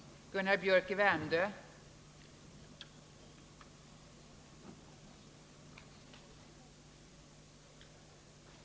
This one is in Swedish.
Fru talman! Jag har inget yrkande.